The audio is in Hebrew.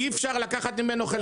אי אפשר לקחת ממנו חלק.